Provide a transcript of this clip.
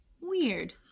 Weird